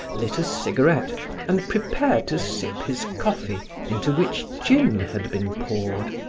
lit a cigarette and prepared to sip his coffee into which gin had been poured.